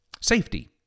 Safety